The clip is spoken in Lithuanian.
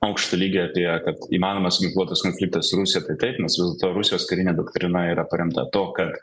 aukšto lygio apie kad įmanomas ginkluotas konfliktas su rusija tai taip nes vis dėl to rusijos karinė doktrina yra paremta tuo kad